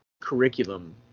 curriculum